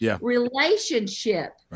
Relationship